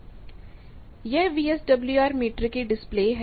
यह VSWR meter की display है